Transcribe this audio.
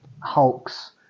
Hulks